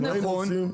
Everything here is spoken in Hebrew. מה היינו עושים.